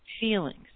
feelings